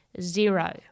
Zero